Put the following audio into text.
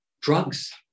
drugs